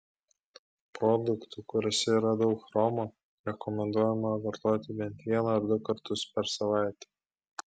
produktų kuriuose yra daug chromo rekomenduojama vartoti bent vieną ar du kartus per savaitę